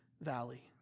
valley